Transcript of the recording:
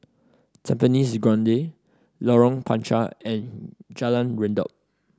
Tampines Grande Lorong Panchar and Jalan Redop